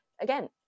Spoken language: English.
again